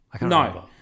No